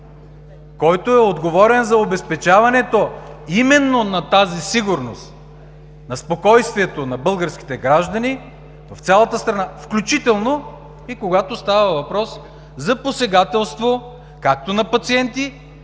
който е отговорен за обезпечаването именно на тази сигурност, на спокойствието на българските граждани в цялата страна, включително и когато става въпрос за посегателство както на пациенти,